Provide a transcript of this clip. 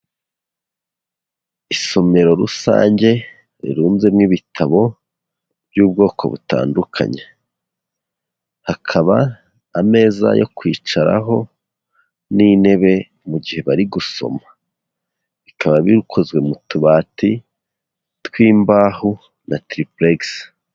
Isomero rusange, rirunzemo ibitabo by'ubwoko butandukanye. Hakaba ameza yo kwicaraho n'intebe mu gihe bari gusoma. Bikaba bikozwe mu tubati tw'imbaho na tiripuregisi.